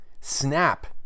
snap